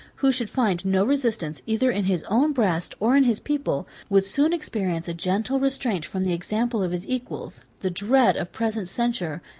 who should find no resistance either in his own breast, or in his people, would soon experience a gentle restraint from the example of his equals, the dread of present censure,